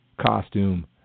costume